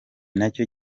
nicyo